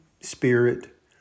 spirit